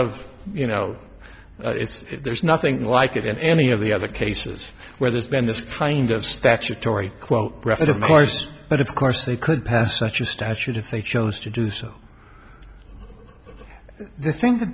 of you know it's there's nothing like it in any of the other cases where there's been this kind of statutory quote graphic of march but of course they could pass such a statute if they chose to do so they think that